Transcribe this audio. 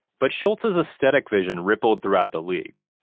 but schultz's aesthetic vision rippled throughout the league.